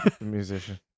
musician